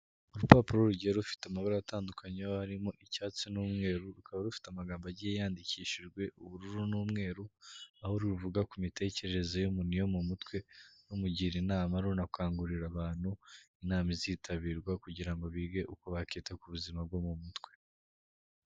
Urupapuro rugiye rufite amabara atandukanye harimo icyatsi n'umweru rukaba rufite amagambo agiye yandikishijwe ubururu n'umweru aho ruvuga ku mitekerereze y'umuntu yo mu mutwe rumugira inama runakangurira abantu inama izitabirwa kugira ngo bige uko bakita ku buzima bwo mu mutwe.